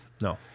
No